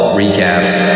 recaps